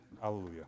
Hallelujah